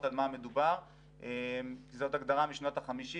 על מה מדובר כי זאת הגדרה משנות ה-50',